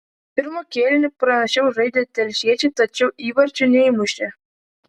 pirmą kėlinį pranašiau žaidė telšiečiai tačiau įvarčių neįmušė